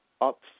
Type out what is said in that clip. up